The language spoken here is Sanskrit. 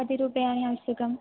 कति रूप्यकाणि आवश्यकम्